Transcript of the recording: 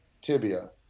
tibia